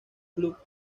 club